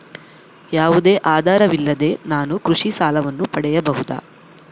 ಯಾವುದೇ ಆಧಾರವಿಲ್ಲದೆ ನಾನು ಕೃಷಿ ಸಾಲವನ್ನು ಪಡೆಯಬಹುದಾ?